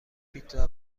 پیتزا